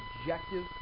objective